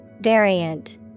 Variant